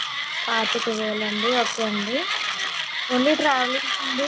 పాతికవేలు అండి ఓకే అండి only travelling అండి